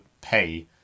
pay